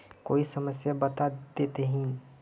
कोई समस्या बता देतहिन?